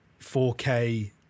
4K